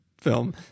film